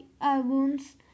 albums